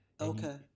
Okay